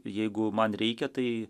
jeigu man reikia tai